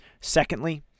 Secondly